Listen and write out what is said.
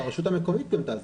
שהרשות המקומית גם תעזור.